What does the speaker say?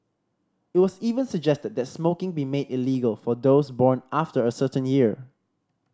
it was even suggested that smoking be made illegal for those born after a certain year